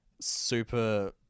super